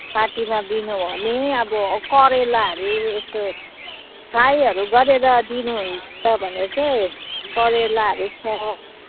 पार्टीमा दिनुभने अब करेलाहरू यस्तो फ्राईहरू गरेर दिनुहुन्छ भने चाहिँ करेलाहरू छ